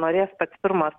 norės pats pirmas